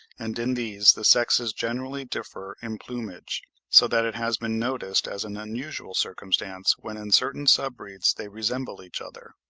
and in these the sexes generally differ in plumage so that it has been noticed as an unusual circumstance when in certain sub-breeds they resemble each other.